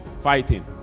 fighting